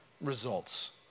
results